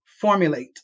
formulate